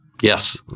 Yes